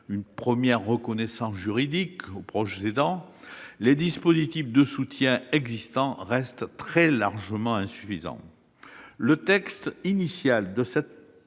une première reconnaissance juridique aux proches aidants, les dispositifs de soutien existants restent largement insuffisants. Le texte initial de cette